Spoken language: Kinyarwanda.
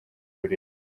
ureba